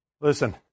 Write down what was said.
Listen